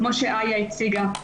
כמו שאיה הציגה.